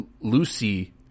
Lucy